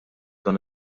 dan